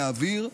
מהאוויר,